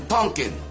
Pumpkin